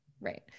Right